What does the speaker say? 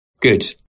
Good